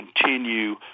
continue